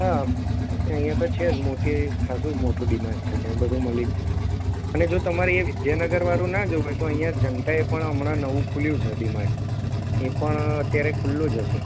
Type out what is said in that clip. હા અહીંયા તો છે જ મોટી એવી ખાસું મોટું ડી માર્ટ છે ત્યાં બધું મળી જ જશે અને જો તમારે એ વિદ્યાનગર વાળું ના જવું હોય તો અહીંયા જનતાએ પણ હમણાં નવું ખૂલ્યું છે ડી માર્ટ એ પણ અત્યારે ખૂલ્લું જ હશે